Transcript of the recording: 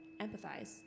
empathize